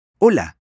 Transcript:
Hola